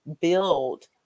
build